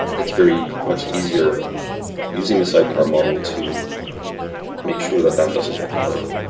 it's very much easier using the sidecar model to make sure that that doesn't occur.